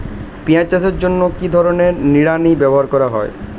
পিঁয়াজ চাষের জন্য কি ধরনের নিড়ানি ব্যবহার করা হয়?